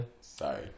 Sorry